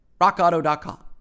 rockauto.com